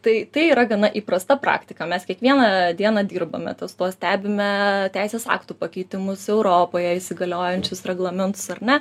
tai tai yra gana įprasta praktika mes kiekvieną dieną dirbame tuos tuos stebime teisės aktų pakeitimus europoje įsigaliojančius reglamentus ar ne